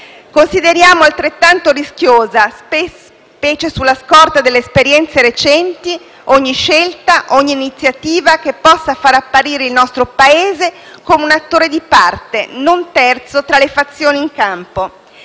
consideriamo altrettanto rischiosa, specie sulla scorta delle esperienze recenti, ogni scelta e iniziativa che possa far apparire il nostro Paese un attore di parte, non terzo, tra le fazioni in campo.